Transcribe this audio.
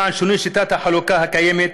לשינוי שיטת החלוקה הקיימת,